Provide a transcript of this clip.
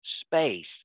space